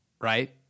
right